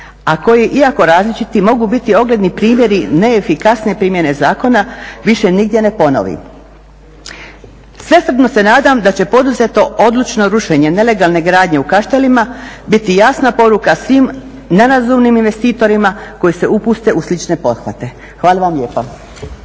a koji iako različiti mogu biti ogledni primjeri neefikasne primjene zakona, više nigdje ponovi. Svesrdno se nadam da će poduzeto odlučno rušenje nelegalne gradnje u Kaštelima biti jasna poruka svim nerazumnim investitorima koji se upuste u slične pothvate. Hvala vam lijepa.